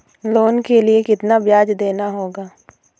Loan के लिए कितना ब्याज देना होगा?